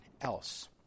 else